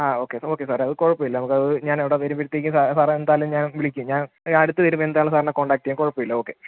ആ okay okay സാറേ അത് കുഴപ്പമില്ല നമുക്കത് ഞാൻ അവിടെ വരുമ്പോഴത്തേക്കും സാ സാർ എന്തായാലും ഞാൻ വിളിക്കും ഞാൻ അടുത്ത് വരുമ്പം എന്തായാലും സാറിനെ കോൺടാക്ട് ചെയ്യാം കുഴപ്പമില്ല ഓക്കെ